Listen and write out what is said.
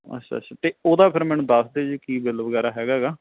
ਅੱਛਾ ਅੱਛਾ ਅਤੇ ਉਹਦਾ ਫਿਰ ਮੈਨੂੰ ਦੱਸ ਦਿਓ ਜੀ ਕੀ ਬਿੱਲ ਵਗੈਰਾ ਹੈਗਾ ਗਾ